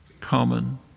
common